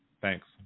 thanks